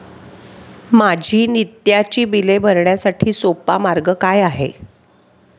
माझी नित्याची बिले भरण्यासाठी सोपा मार्ग काय आहे?